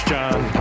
John